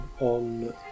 on